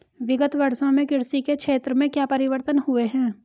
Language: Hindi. विगत वर्षों में कृषि के क्षेत्र में क्या परिवर्तन हुए हैं?